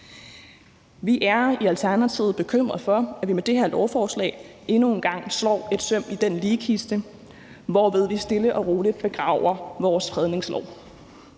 Vi er i Alternativet bekymret for, at vi med det her lovforslag endnu en gang slår et søm i den ligkiste, hvorved vi stille og roligt begraver vores fredningslov.